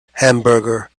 hamburger